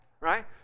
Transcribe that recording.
right